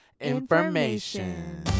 information